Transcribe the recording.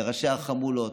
לראשי החמולות.